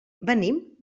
venim